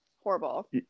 horrible